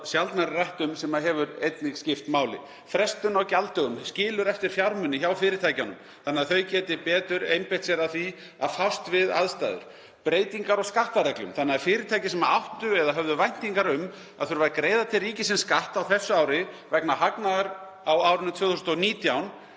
sjaldnar er rætt um sem hefur einnig skipt máli. Frestun á gjalddögum skilur eftir fjármuni hjá fyrirtækjunum þannig að þau geti betur einbeitt sér að því að fást við aðstæður. Breytingar á skattareglum leiða til þess að hjá fyrirtækjum sem áttu eða höfðu væntingar um að þurfa að greiða til ríkisins skatta á þessu ári vegna hagnaðar á árinu 2019